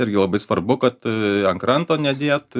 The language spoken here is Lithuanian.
irgi labai svarbu kad ant kranto nedėt